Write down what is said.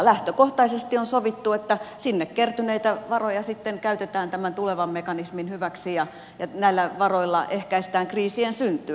lähtökohtaisesti on sovittu että sinne kertyneitä varoja sitten käytetään tämän tulevan mekanismin hyväksi ja näillä varoilla ehkäistään kriisien syntyä